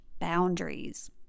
boundaries